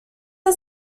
are